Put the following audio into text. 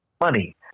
money